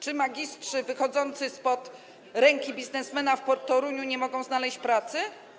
Czy magistrzy wychodzący spod ręki biznesmena w Toruniu nie mogą znaleźć pracy?